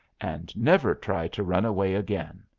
and never try to run away again.